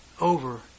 over